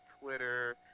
Twitter